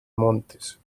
montes